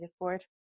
Board